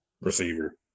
Receiver